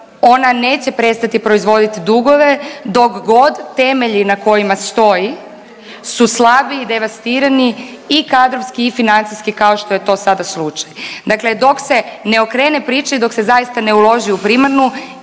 ona neće prestati proizvoditi dugove dok god temelji na kojima stoji su slabi i devastirani i kadrovski i financijski kao što je to sada slučaj. Dakle, dok se ne okrene priče i dok se zaista ne uloži u primarnu